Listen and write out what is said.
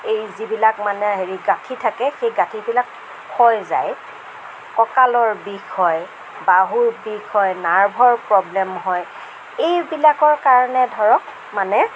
এই যিবিলাক মানে হেৰি গাঁঠি থাকে সেই গাঁঠিবিলাক ক্ষয় যায় কঁকালৰ বিষ হয় বাহুৰ বিষ হয় নাৰ্ভৰ প্ৰৱ্লেম হয় এইবিলাকৰ কাৰণে ধৰক মানে